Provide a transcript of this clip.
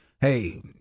hey